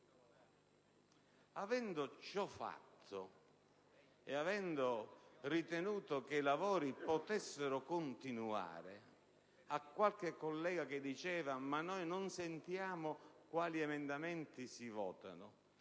Avendo ciò fatto e avendo ritenuto che i lavori potessero continuare, a qualche collega che diceva "ma noi non sentiamo quali emendamenti si votano"